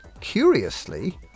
curiously